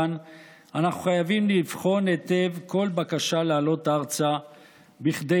כאן אנחנו חייבים לבחון היטב כל בקשה לעלות ארצה כדי